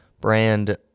brand